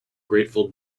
grateful